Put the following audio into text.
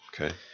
Okay